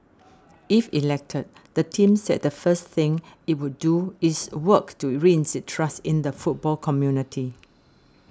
if elected the team said the first thing it would do is work to reinstate trust in the football community